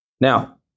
Now